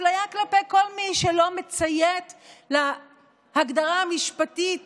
אפליה כלפי כל מי שלא מציית להגדרה המשפטית